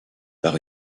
par